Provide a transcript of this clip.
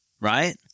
right